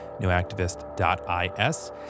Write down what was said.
newactivist.is